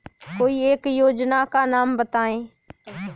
कोई एक योजना का नाम बताएँ?